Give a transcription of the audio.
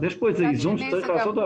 אז יש פה איזה איזון שצריך לעשות אותו,